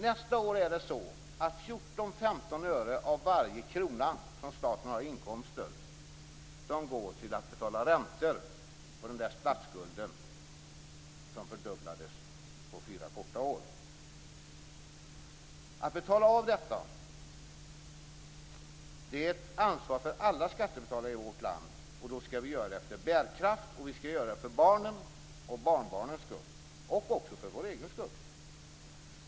Nästa år går 14-15 öre av varje krona som staten har i inkomster till att betala räntor på statsskulden. Att betala detta är ett ansvar för alla skattebetalare i vårt land, och då skall vi göra det efter bärkraft. Vi skall göra det för barnens och barnbarnens skull, men också för vår egen skull.